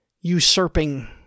usurping